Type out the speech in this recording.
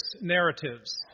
narratives